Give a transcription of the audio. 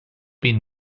been